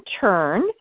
turn